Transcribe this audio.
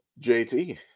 JT